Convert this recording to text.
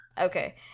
Okay